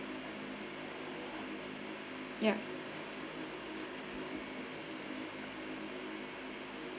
ya